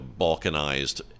balkanized